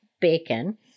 bacon